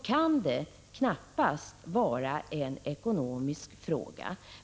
— kan det knappast vara en ekonomisk fråga.